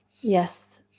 yes